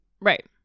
Right